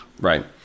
Right